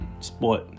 Sport